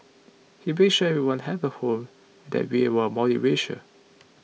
he made sure everyone had a home and that we were multiracial